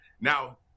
now